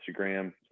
Instagram